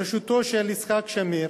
בראשותו של יצחק שמיר,